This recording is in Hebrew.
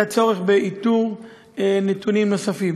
היה צורך באיתור נתונים נוספים.